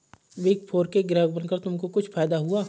Big four के ग्राहक बनकर तुमको कुछ फायदा हुआ?